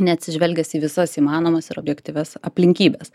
neatsižvelgęs į visas įmanomas ir objektyvias aplinkybes